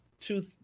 two